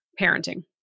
parenting